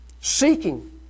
Seeking